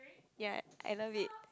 ya I love it